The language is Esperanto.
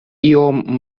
iom